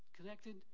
connected